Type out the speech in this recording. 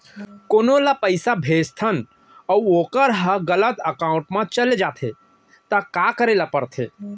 कोनो ला पइसा भेजथन अऊ वोकर ह गलत एकाउंट में चले जथे त का करे ला पड़थे?